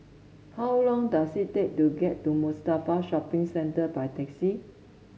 how long does it take to get to Mustafa Shopping Centre by taxi